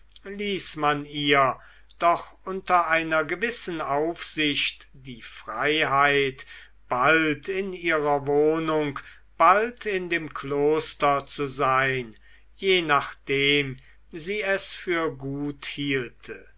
ließ man ihr doch unter einer gewissen aufsicht die freiheit bald in ihrer wohnung bald in dem kloster zu sein je nachdem sie es für gut hielte